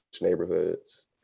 neighborhoods